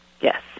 Yes